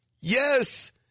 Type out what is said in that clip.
Yes